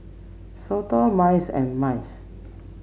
SOTA MICE and MICE